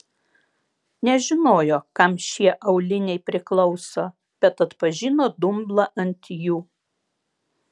nežinojo kam šie auliniai priklauso bet atpažino dumblą ant jų